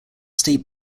state